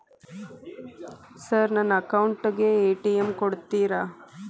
Sir ನನ್ನ account ಗೆ ATM ಕೊಡುತ್ತೇರಾ?